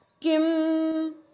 kim